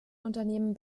unternehmen